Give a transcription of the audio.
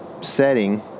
setting